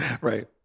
Right